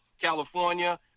California